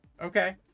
Okay